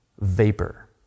vapor